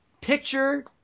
Picture